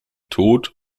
tod